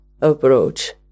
approach